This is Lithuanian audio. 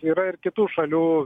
yra ir kitų šalių